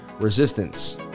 resistance